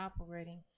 operating